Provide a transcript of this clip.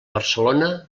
barcelona